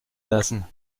lassen